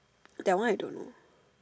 that one I don't know